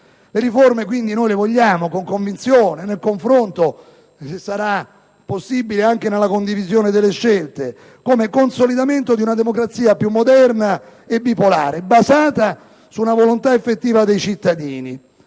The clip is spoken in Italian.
Le riforme quindi noi le vogliamo con convinzione, nel confronto e, se sarà possibile, anche nella condivisione delle scelte, come consolidamento di una democrazia più moderna e bipolare, basata su una volontà effettiva dei cittadini,